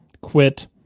quit